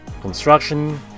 construction